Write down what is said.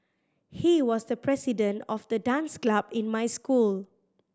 he was the president of the dance club in my school